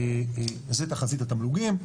זו תחזית התמלוגים.